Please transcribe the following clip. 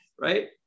Right